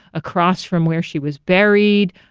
across from where she was buried,